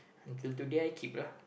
till today I keep lah